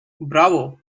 bravo